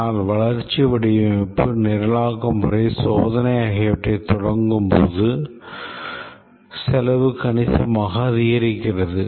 ஆனால் வளர்ச்சி வடிவமைப்பு நிரலாக்க முறை சோதனை ஆகியவற்றைத் தொடரும்போது செலவு கணிசமாக அதிகரிக்கிறது